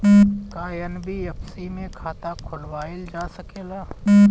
का एन.बी.एफ.सी में खाता खोलवाईल जा सकेला?